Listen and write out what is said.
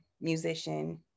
musician